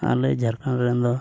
ᱟᱞᱮ ᱡᱷᱟᱲᱠᱷᱚᱸᱰ ᱨᱮᱱ ᱫᱚ